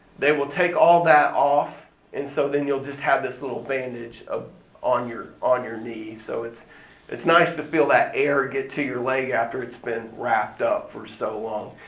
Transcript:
they will take all that off and so then you'll just have this little bandage ah on your on your knee. so it's it's nice to feel that air get to your leg after it's been wrapped up for so long.